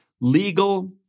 legal